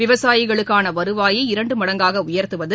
விவசாயிகளுக்கான வருவாயை இரண்டு மடங்காக உயர்த்துவது